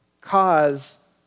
cause